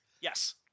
Yes